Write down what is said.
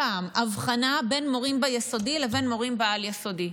הבחנה בין מורים ביסודי לבין מורים בעל-יסודי.